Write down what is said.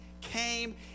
came